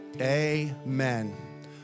amen